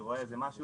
אני רואה משהו,